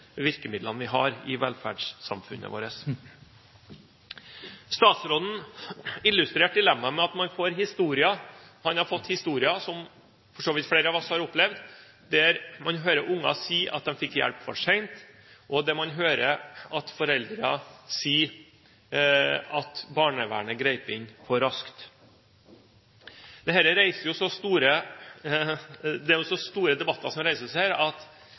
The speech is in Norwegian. virkemidlene vi har i velferdssamfunnet vårt. Statsråden illustrerte dilemmaet med at han har fått historier – som for så vidt flere av oss har opplevd – der man hører unger si at de fikk hjelp for sent, og der man hører foreldre si at barnevernet grep inn for raskt. Det er en så